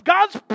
God's